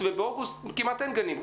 ובאוגוסט כמעט אין גנים.